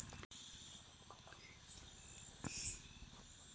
చెనక్కాయ పంట వేయాలనుకుంటున్నాము, వచ్చే రెండు, మూడు దినాల్లో వాతావరణం వివరాలు చెప్పండి?